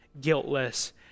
guiltless